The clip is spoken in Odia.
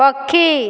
ପକ୍ଷୀ